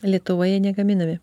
lietuvoje negaminami